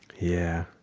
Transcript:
yeah.